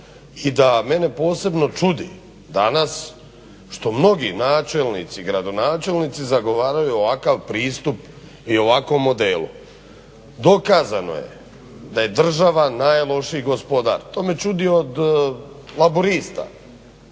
i da mene posebno čudi danas što mnogi načelnici, gradonačelnici zagovaraju ovakav pristup i ovakvom modelu. Dokazano je da je država najlošiji gospodar, to me čudi od laburista.